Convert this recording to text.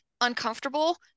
uncomfortable